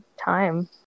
time